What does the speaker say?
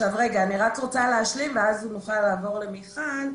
רוצה להשלים, ואז נוכל לעבור למיכל.